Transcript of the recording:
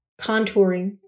Contouring